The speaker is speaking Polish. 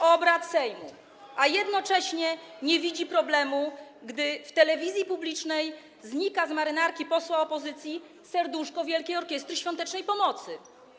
obrad Sejmu, a jednocześnie nie widzi problemu, gdy w telewizji publicznej znika z marynarki posła opozycji serduszko Wielkiej Orkiestry Świątecznej Pomocy.